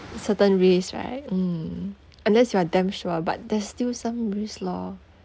certain risk right mm unless you're damn sure but there's still some risk lor